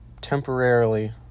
temporarily